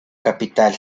capital